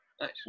Nice